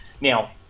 Now